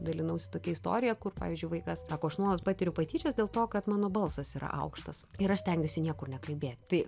dalinausi tokia istorija kur pavyzdžiui vaikas sako aš nuolat patiriu patyčias dėl to kad mano balsas yra aukštas ir aš stengiuosi niekur nekalbėt tai